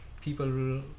people